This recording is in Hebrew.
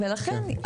ולכן,